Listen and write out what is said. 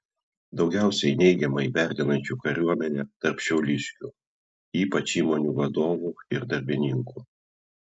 daugiausiai neigiamai vertinančių kariuomenę tarp šiauliškių ypač įmonių vadovų ir darbininkų